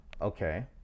Okay